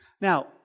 Now